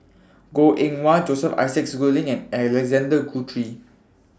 Goh Eng Wah Joseph Isaac Schooling and Alexander Guthrie